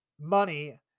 money